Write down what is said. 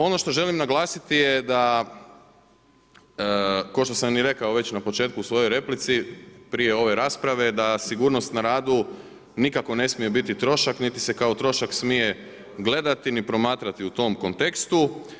Ono što želim naglasiti je da kao što sam rekao već na početku u svojoj replici, prije ove rasprave da sigurnost na radu nikako ne smije biti trošak niti se kao trošak smije gledati ni promatrati u tom kontekstu.